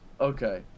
okay